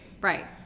Right